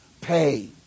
pay